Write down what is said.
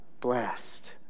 blessed